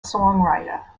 songwriter